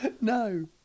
No